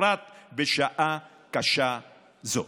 בפרט בשעה קשה זו.